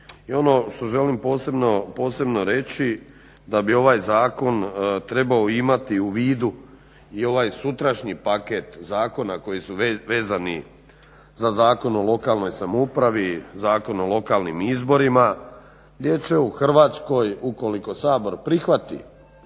i ono što želim posebno reći, da bi ovaj zakon trebao imati u vidu i ovaj sutrašnji paket zakona koji su vezani za Zakon o lokalnoj samoupravi, Zakon o lokalnim izborima gdje će u Hrvatskoj ukoliko Sabor prihvati